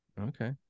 Okay